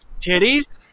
titties